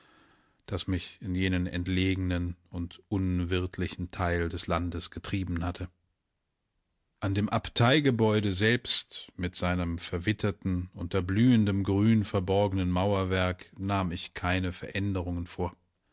das mich in jenen entlegenen und unwirtlichen teil des landes getrieben hatte an dem abteigebäude selbst mit seinem verwitterten unter blühendem grün verborgenen mauerwerk nahm ich keine veränderungen vor